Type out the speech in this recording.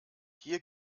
hier